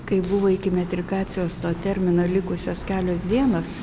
kaip buvo iki metrikacijos to termino likusios kelios dienos